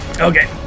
Okay